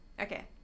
okay